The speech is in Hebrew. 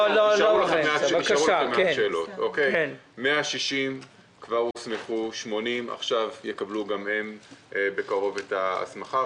160 כבר הוסמכו, 80 יקבלו בקרוב את ההסמכה.